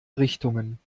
richtungen